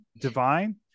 divine